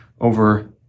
over